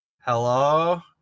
Hello